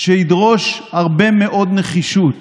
שידרוש הרבה מאוד נחישות.